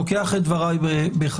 אני לוקח את דבריי בחזרה.